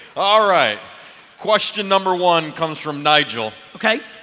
all right question number one comes from nigel. okay.